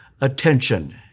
attention